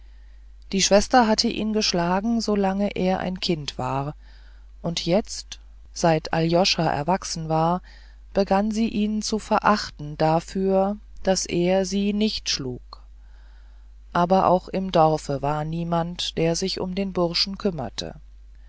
die schwester hatte ihn geschlagen solang er ein kind war und jetzt seit aljoscha erwachsen war begann sie ihn zu verachten dafür daß er sie nicht schlug aber auch im dorfe war niemand der sich um den burschen kümmerte